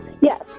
Yes